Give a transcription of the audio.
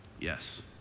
Yes